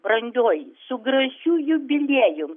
brangioji su gražiu jubiliejum